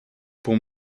pour